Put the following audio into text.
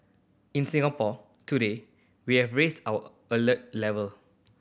in Singapore today we have raised our alert level